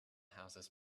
houses